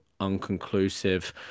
unconclusive